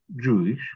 Jewish